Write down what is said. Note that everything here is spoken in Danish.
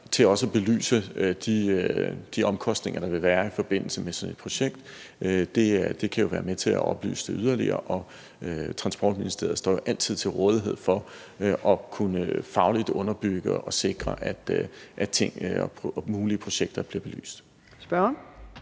til også at belyse de omkostninger, der vil være i forbindelse med sådan et projekt. Det kan jo være med til at oplyse det yderligere, og Transportministeriet står altid til rådighed for faglig underbygning og sikring af, at tingene og mulige projekter bliver belyst.